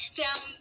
down